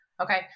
Okay